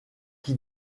qui